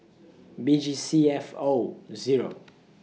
B G C F O Zero